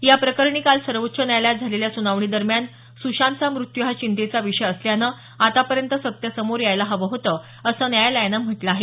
या प्रकरणी काल सर्वोच्च न्यायालयात झालेल्या सुनावणी दरम्यान सुशांतचा मृत्यू हा चिंतेचा विषय असल्यानं आतापर्यंत सत्य समोर यायला हवं होतं असं न्यायालयानं म्हटलं आहे